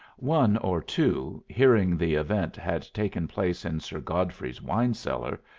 one or two, hearing the event had taken place in sir godfrey's wine-cellar,